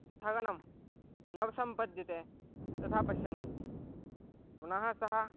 स्थगनं न सम्पद्यते तथा पश्यन्नस्ति पुनः सः